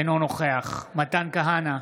אינו נוכח מתן כהנא,